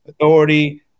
authority